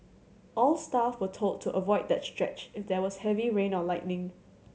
all staff were told to avoid that stretch if there was heavy rain or lightning